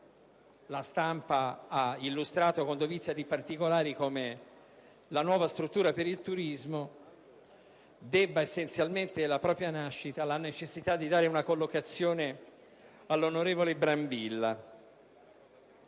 di stampa hanno illustrato con dovizia di particolari come la nuova struttura per il turismo debba essenzialmente la propria nascita alla necessità di dare una collocazione all'onorevole Brambilla.